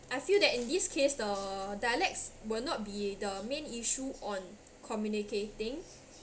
I feel that in this case the dialects will not be the main issue on communicating